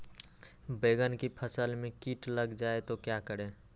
बैंगन की फसल में कीट लग जाए तो क्या करें?